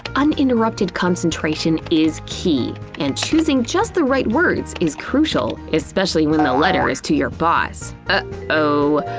uninterrupted concentration is key. and choosing just the right words is crucial especial when the letter is to your boss. ah oh,